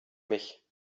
mich